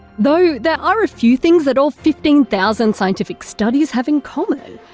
though, there are a few things that all fifteen thousand scientific studies have in common.